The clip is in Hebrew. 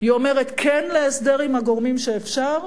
היא אומרת כן להסדר עם הגורמים שאפשר,